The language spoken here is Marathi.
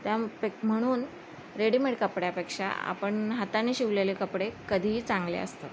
त्या म्हणून रेडीमेड कपड्यापेक्षा आपण हाताने शिवलेले कपडे कधीही चांगले असतात